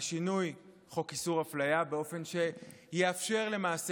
על שינוי חוק איסור אפליה באופן שיאפשר למעשה